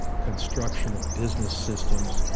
construction of business systems,